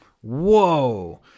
Whoa